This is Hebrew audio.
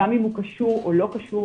גם אם הוא קשור או לא קשור,